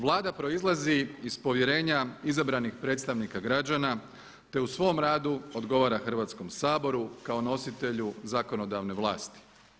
Vlada proizlazi iz povjerenja izabranih predstavnika građana, te u svom radu odgovara Hrvatskom saboru kao nositelju zakonodavne vlasti.